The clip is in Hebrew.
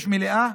יש מליאה?